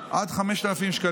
לתורם יחיד לתרום עד 5,000 שקלים.